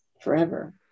forever